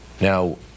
Now